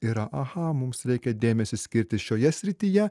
yra aha mums reikia dėmesį skirti šioje srityje